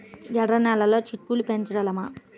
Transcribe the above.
ఎర్ర నెలలో చిక్కుళ్ళు పెంచగలమా?